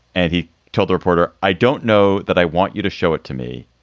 and he told the reporter, i don't know that i want you to show it to me.